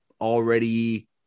already